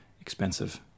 expensive